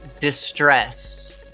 distress